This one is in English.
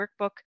workbook